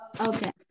Okay